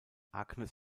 agnes